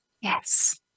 Yes